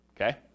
okay